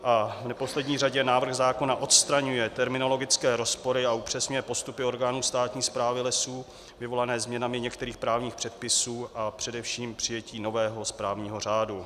v neposlední řadě návrh zákona odstraňuje terminologické rozpory a upřesňuje postupy orgánů státní správy lesů vyvolané změnami některých právních předpisů a především přijetí nového správního řádu.